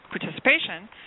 participation